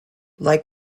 like